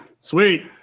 Sweet